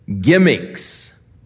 gimmicks